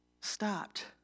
stopped